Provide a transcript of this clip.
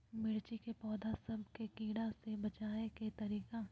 मिर्ची के पौधा सब के कीड़ा से बचाय के तरीका?